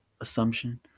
assumption